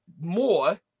more